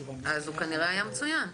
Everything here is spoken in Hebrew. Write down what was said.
אז הוא, כנראה, היה מצוין.